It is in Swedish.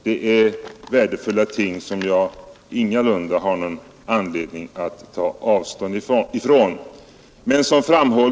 Det är värdefulla ting, som jag ingalunda har anledning att ta avstånd från.